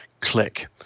click